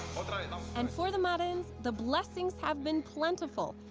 and for the marins, the blessings have been plentiful.